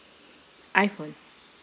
iphone